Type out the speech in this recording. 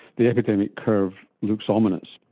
the epidemic curve looks ominous.